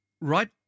right